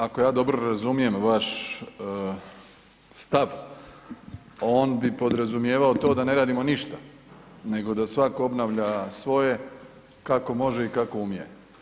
Ako ja dobro razumijem vaš stav, on bi podrazumijevao to da ne radimo ništa nego da svako obnavlja svoje kako može i kako umije.